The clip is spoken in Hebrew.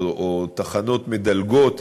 או תחנות מדלגות,